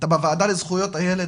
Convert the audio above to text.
בוועדה לזכויות הילד.